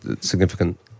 significant